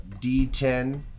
D10